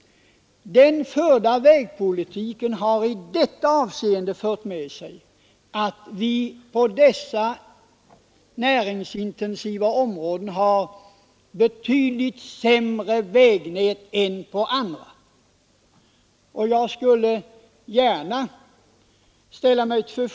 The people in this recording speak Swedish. Den förda vägpolitiken har i detta avseende lett till att vi inom näringsintensiva områden har betydligt sämre vägnät än på andra håll.